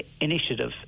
initiative